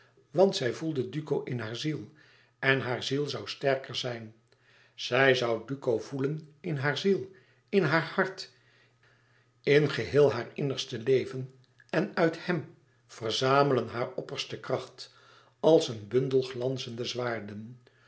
want zij voelde duco in hare ziel en hare ziel zoû sterker zijn zij zoû duco voelen in hare ziel in haar hart in geheel haar innigste leven en uit hèm verzamelen haar opperste kracht als een bundel glanzende zwaarden